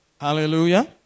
Hallelujah